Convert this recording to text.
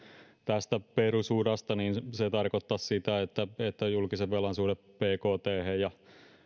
tästä perusurasta se tarkoittaisi sitä että julkisen velan suhde bkthen